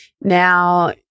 now –